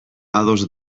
ados